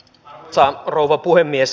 arvoisa rouva puhemies